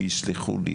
שיסלחו לי,